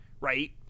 right